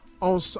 on